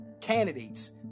candidates